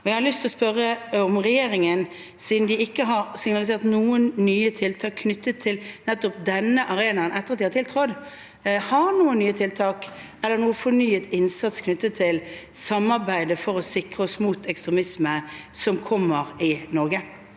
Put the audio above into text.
Jeg har lyst til å spørre om regjeringen, siden de ikke har signalisert noen nye tiltak knyttet til nettopp denne arenaen etter at de tiltrådte, har noen nye tiltak eller fornyet innsats i samarbeidet for å sikre oss mot ekstremisme som kommer i Norge.